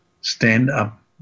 stand-up